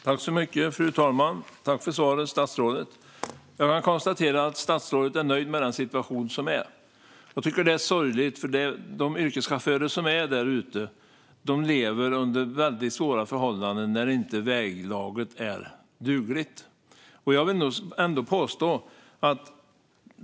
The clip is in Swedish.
Fru talman! Jag tackar statsrådet för svaret. Jag konstaterar att statsrådet är nöjd med dagens situation. Jag tycker att det är sorgligt, för yrkeschaufförerna jobbar under svåra förhållanden när väglaget inte är dugligt.